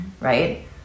right